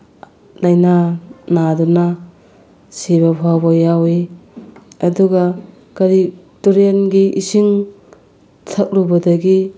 ꯂꯥꯏꯅꯥ ꯅꯥꯗꯨꯅ ꯁꯤꯕ ꯐꯥꯎꯕ ꯌꯥꯎꯋꯤ ꯑꯗꯨꯒ ꯀꯔꯤ ꯇꯨꯔꯦꯟꯒꯤ ꯏꯁꯤꯡ ꯊꯛꯂꯨꯕꯗꯒꯤ